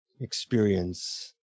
experience